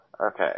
Okay